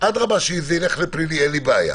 אדרבה שזה ילך לפלילי, אין לי בעיה.